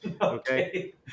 Okay